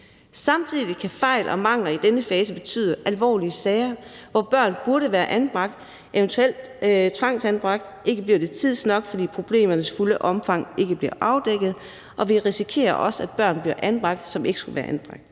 Samtidig kan fejl og mangler i denne fase betyde alvorlige sager, hvor børn burde være anbragt, eventuelt tvangsanbragt, men ikke bliver det tidsnok, fordi problemernes fulde omfang ikke bliver afdækket. Vi risikerer også, at børn bliver anbragt, som ikke skulle være anbragt.